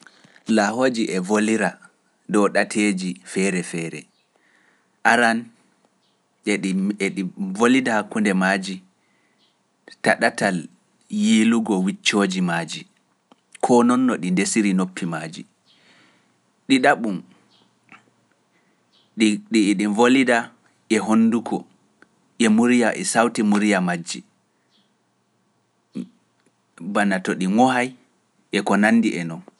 Laahooji e voliraa dow ɗateeji feere feere aran eɗi volida hakkunde maaji taɗatal yiilugo wiccooji maaji, koo noon no ɗi ndesiri noppi. didabun edi volida e honduko e murya e sawti muriya majji bana to ɗi ŋohay e ko nandi e noon.